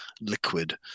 liquid